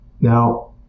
now